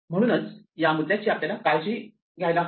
म्हणूनच या मुद्द्याची आपल्याला काळजी घ्यायला हवी